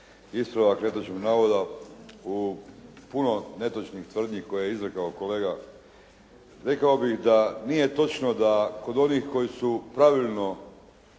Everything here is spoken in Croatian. ispravak netočnog navoda u puno netočnih tvrdnji koje je izrekao kolega. Rekao bih da nije točno da kod onih koji su pravilno